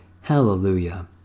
Hallelujah